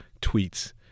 tweets